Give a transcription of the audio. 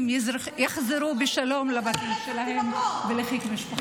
יחזרו בשלום לבתים שלהם ולחיק משפחותיהם.